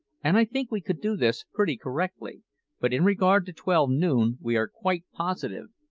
and i think we could do this pretty correctly but in regard to twelve noon we are quite positive,